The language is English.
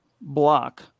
block